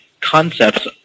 concepts